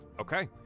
Okay